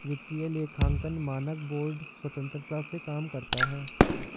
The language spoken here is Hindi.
वित्तीय लेखांकन मानक बोर्ड स्वतंत्रता से काम करता है